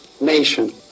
nation